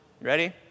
Ready